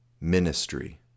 MINISTRY